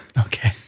Okay